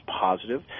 positive